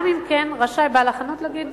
גם אם כן, בעל החנות רשאי